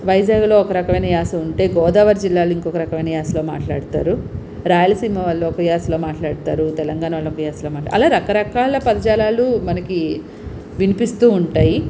వైజాగ్లో ఒక రకమైన యాస ఉంటే గోదావరి జిల్లాలో ఇంకొక రకమైన యాసలో మాట్లాడతారు రాయలసీమ వాళ్ళు ఒక యాసలో మాట్లాడతారు తెలంగాణా వాళ్ళు ఒక యాస మాట్లాడతారు అలా రకరకాల పద జలాలు మనకి వినిపిస్తూ ఉంటాయి